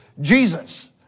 Jesus